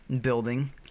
building